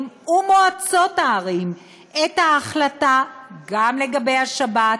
ומועצות הערים את ההחלטה גם לגבי השבת,